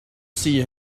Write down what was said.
see